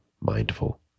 mindful